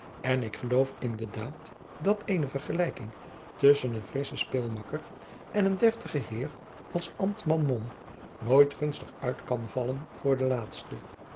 en ik geloof in de daad dat eene vergelijking tusschen een frisschen speelmakker en een deftigen heer als de ambtman mom nooit gunstig uit kan vallen voor den laatsten